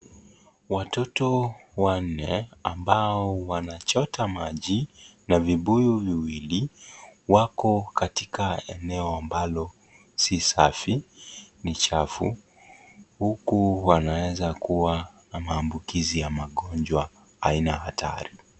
Watoto wanne ambao wanachota maji na vibuyu viwili wako katika eneo ambalo si safi ni chafu huku wanaeza kuwa na maambukizi ya magonjwa aina hatari.